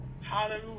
Hallelujah